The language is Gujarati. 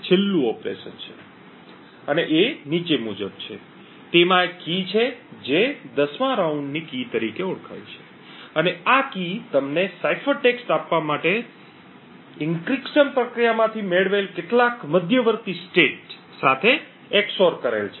છેલ્લું ઓપરેશન નીચે મુજબ છે તેમાં એક કી છે જે 10મા રાઉન્ડની કી તરીકે ઓળખાય છે અને આ કી તમને સાયફર ટેક્સ્ટ આપવા માટે આ એન્ક્રિપ્શન પ્રક્રિયામાંથી મેળવેલ કેટલાક મધ્યવર્તી સ્ટેટ સાથે XOR કરેલ છે